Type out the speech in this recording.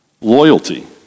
Loyalty